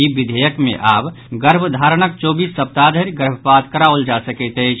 ई विधेयक मे आब गर्भधारणक चौबीस सप्ताह धरि गर्भपात कराओल जा सकैत अछि